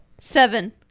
Seven